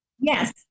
Yes